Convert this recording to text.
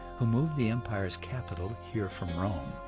who moved the empire's capital here from rome.